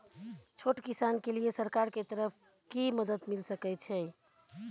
छोट किसान के लिए सरकार के तरफ कि मदद मिल सके छै?